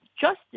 justice